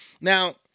Now